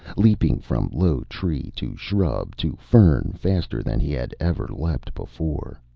leaping from low tree to shrub to fern faster than he had ever leapt before.